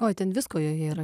oi ten visko joje yra